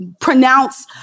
pronounce